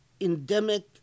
endemic